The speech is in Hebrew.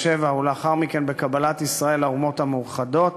1947, ולאחר מכן בקבלת ישראל לאומות המאוחדות.